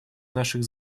наших